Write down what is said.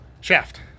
Shaft